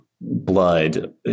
blood